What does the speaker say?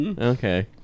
Okay